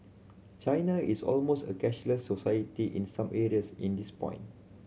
China is almost a cashless society in some areas in this point